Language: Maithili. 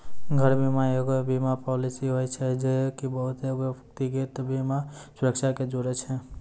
घर बीमा एगो बीमा पालिसी होय छै जे की बहुते व्यक्तिगत बीमा सुरक्षा के जोड़े छै